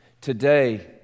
Today